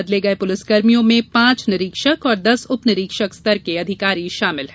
बदले गये पुलिसकर्मियों में पांच निरीक्षक और दस उपनिरीक्षक स्तर के अधिकारी शामिल हैं